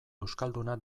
euskalduna